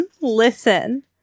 Listen